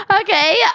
Okay